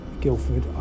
Guildford